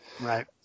Right